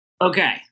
Okay